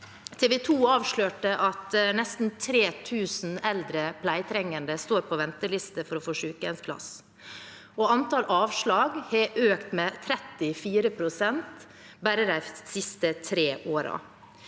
TV 2 avslørte at nesten 3 000 eldre pleietrengende står på venteliste for å få sykehjemsplass, og antall avslag har økt med 34 pst. bare de siste tre årene.